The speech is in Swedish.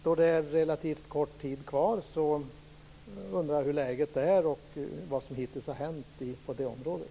Då det är relativt kort tid kvar undrar jag hur läget är och vad som hittills har hänt på området.